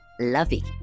lovey